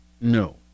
no